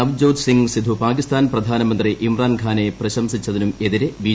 നവ്ജ്യോത് സിംഗ് സിദ്ദു പാകിസ്ഥാൻ പ്രധാനമന്ത്രി ഇമ്രാൻഖാനെ പ്രശംസിച്ചതിനുമെതിരെ ബി